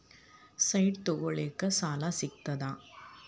Site ತಗೋಳಿಕ್ಕೆ ಸಾಲಾ ಸಿಗ್ತದಾ?